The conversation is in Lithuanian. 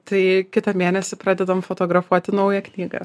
tai kitą mėnesį pradedam fotografuoti naują knygą